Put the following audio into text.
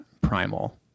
primal